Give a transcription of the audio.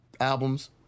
albums